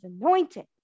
anointed